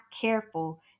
careful